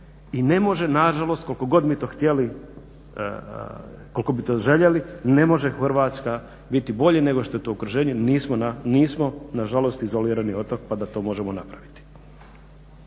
god mi to htjeli, koliko bi to željeli, ne može Hrvatska biti bolje nego što je to u okruženju. Nismo nažalost izolirani otok pa da to možemo napraviti.